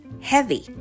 heavy